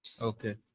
okay